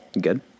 good